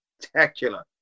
spectacular